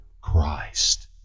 Christ